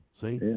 See